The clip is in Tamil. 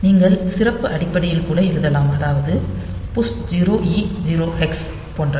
நீங்கள் சிறப்பு அடிப்படையில் கூட எழுதலாம் அதாவது புஷ் 0 இ 0 ஹெக்ஸ் போன்றது